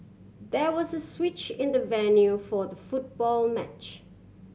there was a switch in the venue for the football match